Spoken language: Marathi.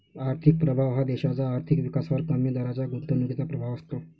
आर्थिक प्रभाव हा देशाच्या आर्थिक विकासावर कमी दराच्या गुंतवणुकीचा प्रभाव असतो